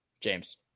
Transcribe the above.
James